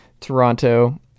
toronto